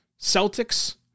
Celtics